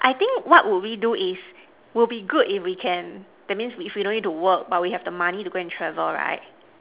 I think what would we do is would be good if we can that means if we don't need to work but we have the money to go and travel right